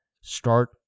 start